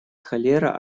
холера